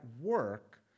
work